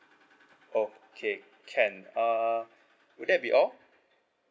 okay can uh would that be all